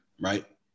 Right